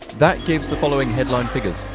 that gives the following headline figures.